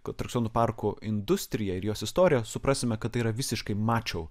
atrakcijonų parkų industriją ir jos istoriją suprasime kad tai yra visiškai mačou